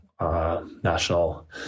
National